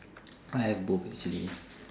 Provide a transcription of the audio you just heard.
I have both actually